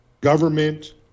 government